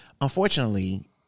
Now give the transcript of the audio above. unfortunately